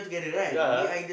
yea